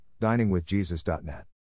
diningwithjesus.net